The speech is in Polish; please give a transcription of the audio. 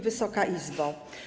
Wysoka Izbo!